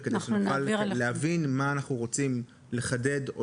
כדי שנוכל להבין מה אנחנו רוצים לחדד.